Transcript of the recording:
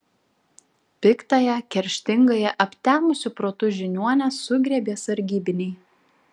piktąją kerštingąją aptemusiu protu žiniuonę sugriebė sargybiniai